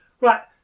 right